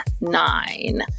nine